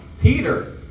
Peter